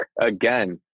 again